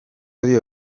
dio